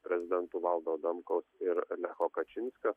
prezidentų valdo adamkaus ir lecho kačinskio